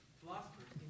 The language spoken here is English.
philosophers